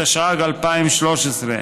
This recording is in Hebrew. התשע"ג 2013,